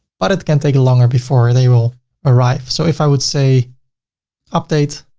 but it can take longer before they will arrive. so if i would say update,